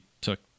took